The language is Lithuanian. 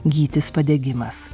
gytis padegimas